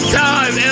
time